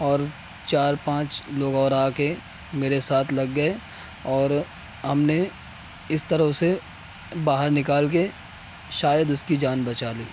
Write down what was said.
اور چار پانچ لوگ اور آ کے میرے ساتھ لگ گیے اور ہم نے اس طرح اسے باہر نکال کے شاید اس کی جان بچا لی